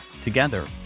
Together